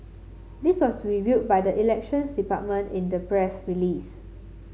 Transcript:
this was revealed by the Elections Department in a press release